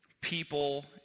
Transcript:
people